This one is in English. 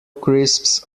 crisps